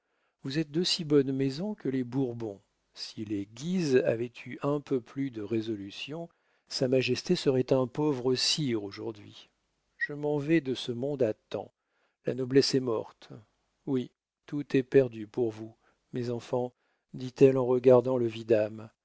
vous êtes d'aussi bonne maison que les bourbons si les guise avaient eu un peu plus de résolution sa majesté serait un pauvre sire aujourd'hui je m'en vais de ce monde à temps la noblesse est morte oui tout est perdu pour vous mes enfants dit-elle en regardant le vidame